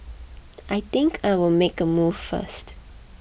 I think I'll make a move first